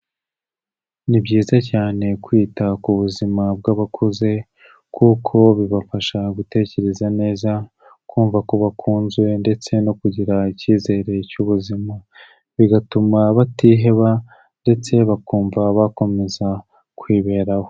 Ni byiza cyane kwita ku buzima bw'abakuze, kuko bibafasha gutekereza neza, kumva kumva ko bakunzwe, ndetse no kugira icyizere cy'ubuzima. Bigatuma batiheba ndetse bakumva bakomeza kwiberaho.